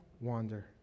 wander